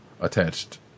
attached